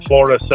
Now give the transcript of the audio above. Florida